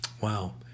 Wow